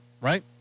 right